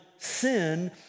sin